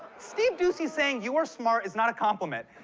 steve doocy saying you are smart is not a compliment.